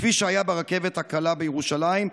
כפי שהיה ברכבת הקלה בירושלים.